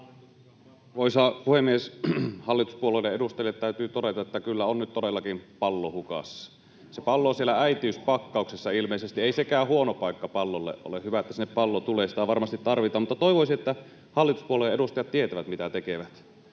Arvoisa puhemies! Hallituspuolueiden edustajille täytyy todeta, että kyllä on nyt todellakin pallo hukassa. Se pallo on siellä äitiyspakkauksessa ilmeisesti. Ei sekään huono paikka pallolle ole. On hyvä, että sinne pallo tulee, sitä varmasti tarvitaan, mutta toivoisin, että hallituspuolueen edustajat tietävät, mitä tekevät.